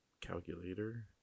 Calculator